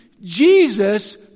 Jesus